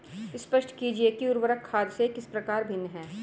स्पष्ट कीजिए कि उर्वरक खाद से किस प्रकार भिन्न है?